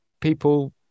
people